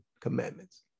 commandments